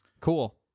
Cool